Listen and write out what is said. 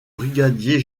brigadier